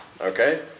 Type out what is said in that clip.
Okay